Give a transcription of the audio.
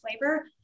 flavor